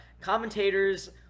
commentators